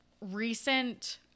recent